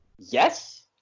Yes